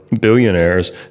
billionaires